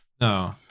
No